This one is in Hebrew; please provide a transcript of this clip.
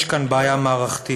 יש כאן בעיה מערכתית.